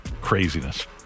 Craziness